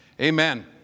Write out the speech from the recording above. amen